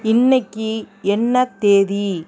இன்றைக்கி என்ன தேதி